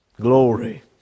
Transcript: glory